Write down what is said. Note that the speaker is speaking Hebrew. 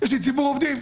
איש ציבור עובדים.